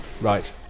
Right